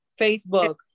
Facebook